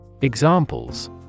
Examples